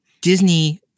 disney